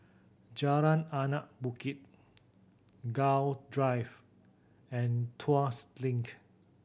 Jalan Anak Bukit Gul Drive and Tuas Link